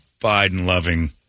Biden-loving